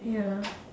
ya